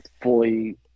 fully